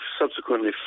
subsequently